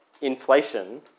inflation